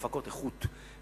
הפקות איכות,